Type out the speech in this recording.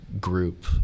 group